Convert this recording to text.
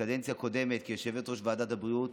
בקדנציה הקודמת כיושבת-ראש ועדת הבריאות